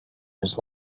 his